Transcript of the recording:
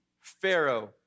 Pharaoh